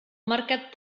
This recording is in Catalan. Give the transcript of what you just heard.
mercat